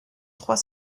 trois